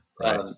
Right